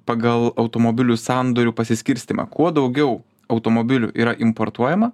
pagal automobilių sandorių pasiskirstymą kuo daugiau automobilių yra importuojama